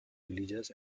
religious